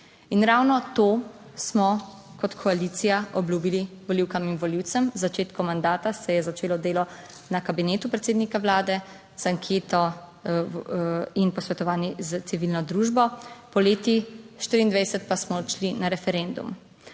In ravno to smo kot koalicija obljubili volivkam in volivcem, z začetkom mandata se je začelo delo na kabinetu predsednika Vlade z anketo in posvetovanji s civilno družbo poleti 24 pa smo šli na referendum,